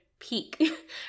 Peak